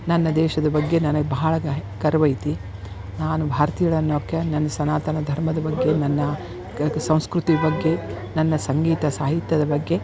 ನನ್ನ ದೇಶದ ಬಗ್ಗೆ ನನಗೆ ಬಹಳ ಗರ್ವ ಐತಿ ನಾನು ಭಾರತೀಯಳನ್ನೊಕೆ ನನ್ನ ಸನಾತನ ಧರ್ಮದ ಬಗ್ಗೆ ನನ್ನ ಸಂಸ್ಕೃತಿಯ ಬಗ್ಗೆ ನನ್ನ ಸಂಗೀತ ಸಾಹಿತ್ಯದ ಬಗ್ಗೆ